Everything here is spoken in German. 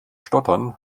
stottern